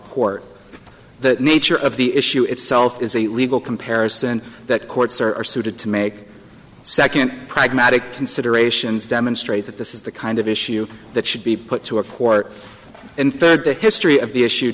court the nature of the issue itself is a legal comparison that courts are suited to make second pragmatic considerations demonstrate that this is the kind of issue that should be put to a court in third the history of the issue